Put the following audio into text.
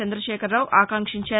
చందశేఖరరావు ఆకాంక్షించారు